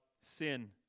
sin